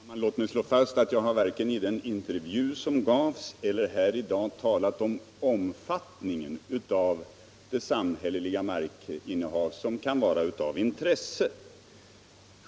Herr talman! Låt mig slå fast att jag varken i den intervju som gavs eller här i dag talat om omfattningen av det samhälleliga markinnehav som kan vara av intresse.